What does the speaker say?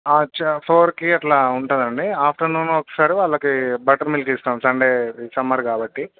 అచ్చా ఫోర్కి అట్లా ఉంటుందండి ఆఫ్టర్నూన్ వస్తారు వాళ్ళకి బట్టర్ మిల్క్ ఇస్తాము సండే సమ్మర్ కాబట్టి